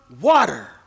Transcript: Water